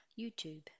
YouTube